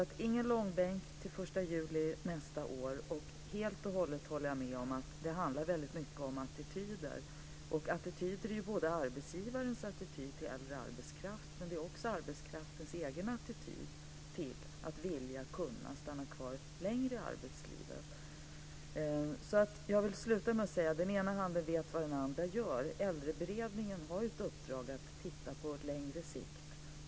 Alltså: Ingen långbänk, till den 1 juli nästa år. Helt och hållet håller jag med om att det väldigt mycket handlar om attityder. Attityder är både arbetsgivarens attityd till äldre arbetskraft, men det är också arbetskraftens egen attityd till att vilja stanna kvar längre i arbetslivet. Jag vill sluta med att säga att den ena handen vet vad den andra gör. Äldreberedningen har ju ett uppdrag att titta på det på längre sikt.